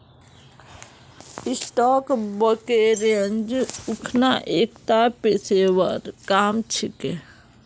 stock brokerage अखना एकता पेशेवर काम छिके